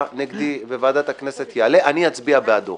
נגדי בוועדת הכנסת יעלה אני אצביע בעדו.